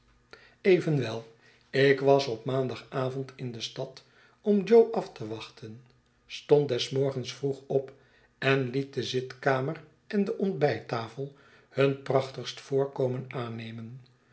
evenwel ik was op maandagavond in de stad om jo af te wachten stond des morgens vroeg op en liet de zitkamer en de ontbijttafel hun prachtigst voorkomen aannemen